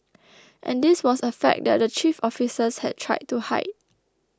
and this was a fact that the chief officers had tried to hide